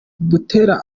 buteera